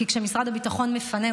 כי כשמשרד הביטחון מפנה,